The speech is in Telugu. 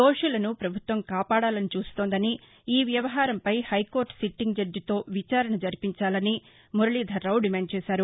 దోషులను పభుత్వం కాపాడాలని చూస్తోందని ఈ వ్యవహారంపై హైకోర్ట సిట్టింగ్ జద్జితో విచారణ జరిపించాలని మురళీధర్రాపు డిమాండ్ చేశారు